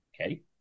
Okay